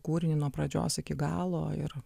kūrinį nuo pradžios iki galo ir